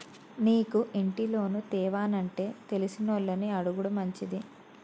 నీకు ఇంటి లోను తేవానంటే తెలిసినోళ్లని అడుగుడు మంచిది